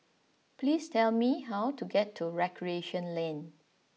please tell me how to get to Recreation Lane